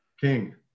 King